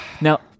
Now